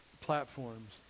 platforms